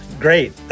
great